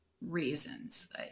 reasons